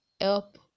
help